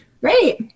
great